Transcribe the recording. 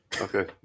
Okay